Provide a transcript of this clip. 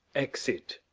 exit